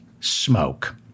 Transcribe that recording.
smoke